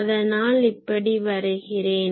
அதனால் இப்படி வரைகிறேன்